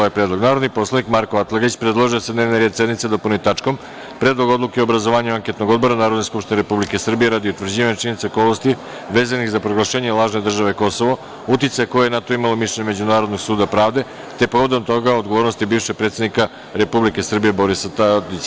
Narodni poslanik Marko Atlagić predložio je da se dnevni red sednice dopuni tačkom – Predlog odluke o obrazovanju anketnog odbora Narodne skupštine Republike Srbije radi utvrđivanja činjenica i okolnosti vezanih za proglašenje lažne države Kosovo, uticaja koji je na to imalo mišljenje Međunarodnog suda pravde, te povodom toga odgovornosti bivšeg predsednika Republike Srbije Borisa Tadića.